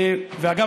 ואגב,